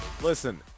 Listen